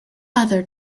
other